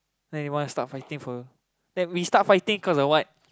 then they want to start for then we start fighting cause of what